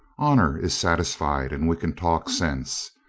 honor is satisfied and we can talk sense.